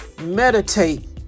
meditate